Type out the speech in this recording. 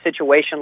situation